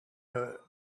heard